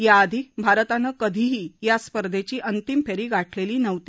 याआधी भारतानं कधीही या स्पर्धेची अंतिम फेरी गाठलेली नव्हती